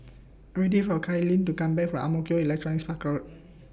I Am waiting For Kailyn to Come Back from Ang Mo Kio Electronics Park Road